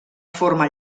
forma